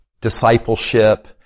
discipleship